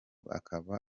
akaba